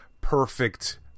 perfect